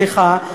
סליחה,